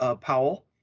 Powell